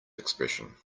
expression